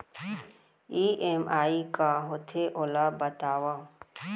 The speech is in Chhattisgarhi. ई.एम.आई का होथे, ओला बतावव